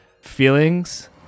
feelings